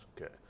Okay